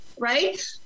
right